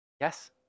Yes